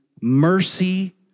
mercy